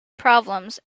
problems